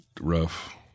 rough